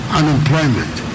unemployment